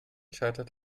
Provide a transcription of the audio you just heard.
scheitert